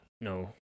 no